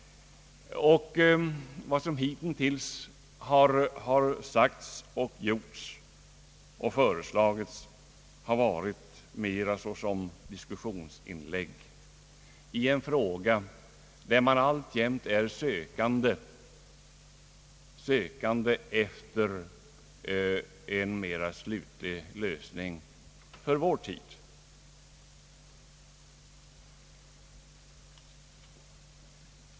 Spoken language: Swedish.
Vad som hitintills sagts, gjorts och föreslagits har mera varit diskussionsinlägg i en fråga där man alltjämt söker efter en mera slutlig lösning för vår tid.